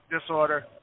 disorder